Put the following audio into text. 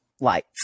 lights